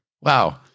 Wow